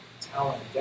talent